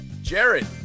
jared